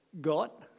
got